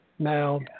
Now